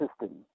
system